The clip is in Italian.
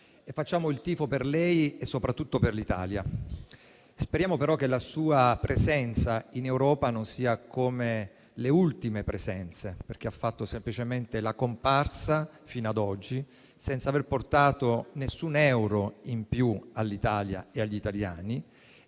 facciamo il tifo per lei e soprattutto per l'Italia. Speriamo però che la sua presenza in Europa non sia come le ultime presenze, perché fino ad oggi ha fatto semplicemente la comparsa, senza aver portato nessun euro in più all'Italia e agli italiani